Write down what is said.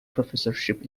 professorship